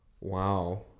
Wow